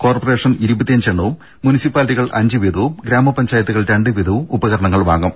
corporation ഇരുപത്തിയഞ്ച് എണ്ണവും മുൻസിപ്പാലിറ്റികൾ അഞ്ചുവീതവും ഗ്രാമപഞ്ചായത്തുകൾ രണ്ടുവീതവും ഉപകരണങ്ങൾ വാങ്ങും